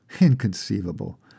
Inconceivable